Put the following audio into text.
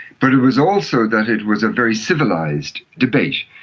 but it was also that it was a very civilised debate.